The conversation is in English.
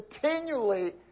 continually